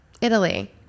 Italy